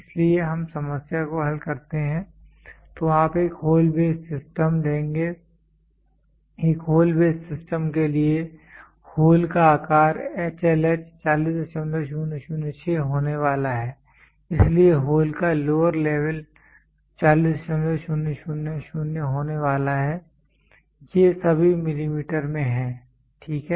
इसलिए हम समस्या को हल करते हैं तो आप एक होल बेस सिस्टम लेंगे एक होल बेस सिस्टम के लिए होल का आकार HLH 40006 होने वाला है इसलिए होल का लोअर लेवल 40000 होने वाला है ये सभी मिलीमीटर में हैं ठीक है